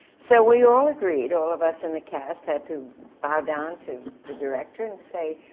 so we all agreed. all of us in the cast had to bow down to the director and say,